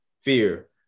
fear